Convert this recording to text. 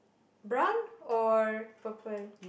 brown or purple